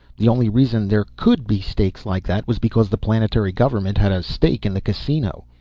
the only reason there could be stakes like that was because the planetary government had a stake in the casino.